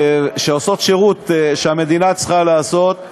שעושות שירות שהמדינה צריכה לעשות,